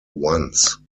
once